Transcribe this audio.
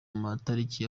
matariki